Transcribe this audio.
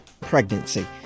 pregnancy